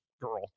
girl